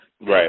Right